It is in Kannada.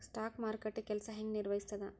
ಸ್ಟಾಕ್ ಮಾರುಕಟ್ಟೆ ಕೆಲ್ಸ ಹೆಂಗ ನಿರ್ವಹಿಸ್ತದ